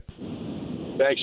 Thanks